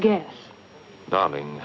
yes darling